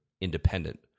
independent